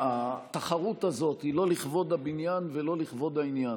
שהתחרות הזאת היא לא לכבוד הבניין ולא לכבוד העניין,